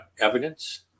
evidence